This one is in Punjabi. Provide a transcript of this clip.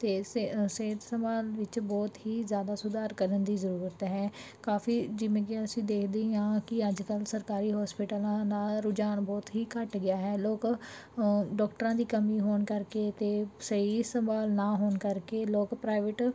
ਅਤੇ ਸੇ ਸਿਹਤ ਸੰਭਾਲ ਵਿੱਚ ਬਹੁਤ ਹੀ ਜ਼ਿਆਦਾ ਸੁਧਾਰ ਕਰਨ ਦੀ ਜ਼ਰੂਰਤ ਹੈ ਕਾਫੀ ਜਿਵੇਂ ਕਿ ਅਸੀਂ ਦੇਖਦੇ ਹੀ ਹਾਂ ਕਿ ਅੱਜ ਤੱਕ ਸਰਕਾਰੀ ਹੋਸਪੀਟਲਾਂ ਦਾ ਰੁਝਾਨ ਬਹੁਤ ਹੀ ਘੱਟ ਗਿਆ ਹੈ ਲੋਕ ਡਾਕਟਰਾਂ ਦੀ ਕਮੀ ਹੋਣ ਕਰਕੇ ਅਤੇ ਸਹੀ ਸਵਾਲ ਨਾ ਹੋਣ ਕਰਕੇ ਲੋਕ ਪ੍ਰਾਈਵੇਟ